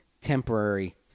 temporary